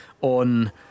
On